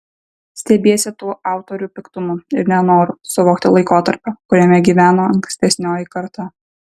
stebiesi tuo autorių piktumu ir nenoru suvokti laikotarpio kuriame gyveno ankstesnioji karta